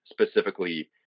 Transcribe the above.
specifically